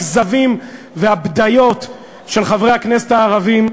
הכזבים והבדיות של חברי הכנסת הערבים,